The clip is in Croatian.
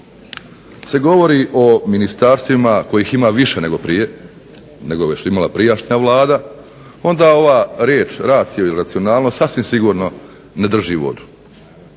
se govori o ministarstvima kojih ima više nego prije, negoli je imala prijašnja vlada, onda ova riječ racio ili racionalno sasvim sigurno ne drži vodu.